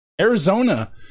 Arizona